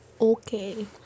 Okay